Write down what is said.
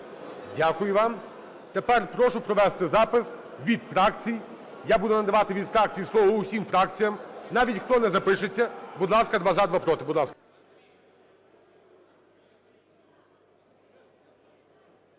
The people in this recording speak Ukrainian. Дякую вам. Тепер прошу провести запис від фракцій. Я буду надавати від фракцій слово усім фракціям, навіть хто не запишеться. Будь ласка: два - за, два - проти.